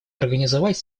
организовать